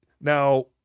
now